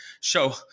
show